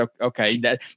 okay